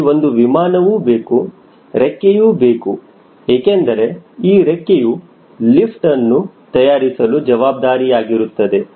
ಇಲ್ಲಿ ಒಂದು ವಿಮಾನವು ಬೇಕು ರೆಕ್ಕೆಯು ಬೇಕು ಏಕೆಂದರೆ ಈ ರೆಕ್ಕೆಯು ಲಿಫ್ಟ್ ಅನ್ನು ತಯಾರಿಸಲು ಜವಾಬ್ದಾರಿಯಾಗಿರುತ್ತದೆ